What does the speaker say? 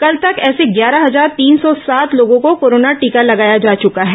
कल तक ऐसे ग्यारह हजार तीन सौ सात लोगों को कोरोना टीका लगाया जा चुका है